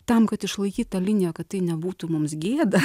tam kad išlaikyt tą liniją kad tai nebūtų mums gėda